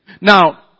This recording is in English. Now